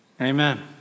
Amen